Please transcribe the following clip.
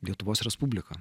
lietuvos respubliką